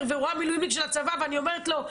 ורואה מילואימניק של הצבא ואני אומרת לו,